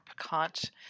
piquant